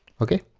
okay.